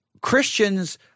Christians